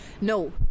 no